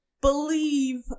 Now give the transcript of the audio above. believe